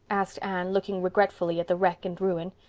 asked anne, looking regretfully at the wreck and ruin.